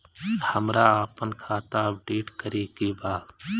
हमरा आपन खाता अपडेट करे के बा